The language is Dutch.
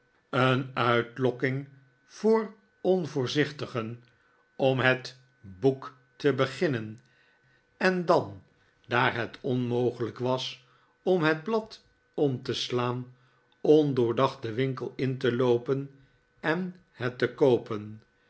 een uitlokking voor onvoorzichtigen om het boek te beginnen en dan daar het onmogelijk was om het blad om te slaan ondoordacht den winkel in te loopen en het te koopen